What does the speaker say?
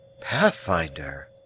pathfinder